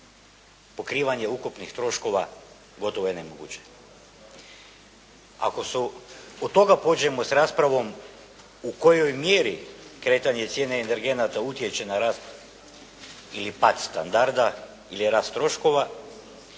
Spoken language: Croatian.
pokrivanje ukupnih troškova gotovo je nemoguće. Ako od toga pođemo s raspravom u kojoj mjeri kretanje cijene energenata utječe na rast ili pad standarda ili rast troškova